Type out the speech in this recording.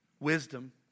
Wisdom